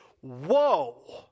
whoa